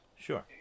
sure